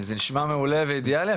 זה נשמע מעולה ואידיאלי,